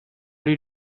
did